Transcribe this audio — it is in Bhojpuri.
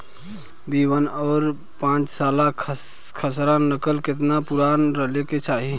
बी वन और पांचसाला खसरा नकल केतना पुरान रहे के चाहीं?